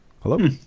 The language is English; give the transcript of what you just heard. Hello